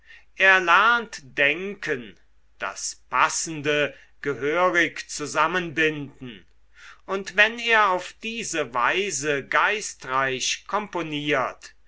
er lernt denken das passende gehörig zusammenbinden und wenn er auf diese weise geistreich komponiert